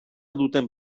duten